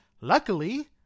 Luckily